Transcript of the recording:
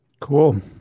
Cool